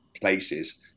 places